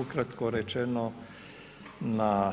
Ukratko rečeno, na